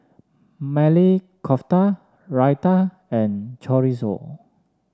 Maili Kofta Raita and Chorizo